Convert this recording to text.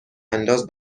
انداز